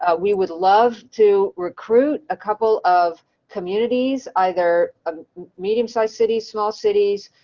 ah we would love to recruit a couple of communities, either um medium sized cities, small cities,